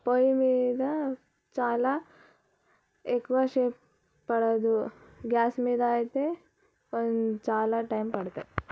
పొయ్యి మీద చాలా ఎక్కువసేపు పడదు గ్యాస్ మీద అయితే చాలా టైం పడతుంది